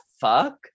fuck